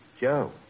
Joe